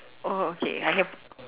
oh okay